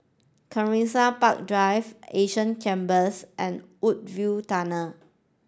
Kensington Park Drive Asia Chambers and Woodsville Tunnel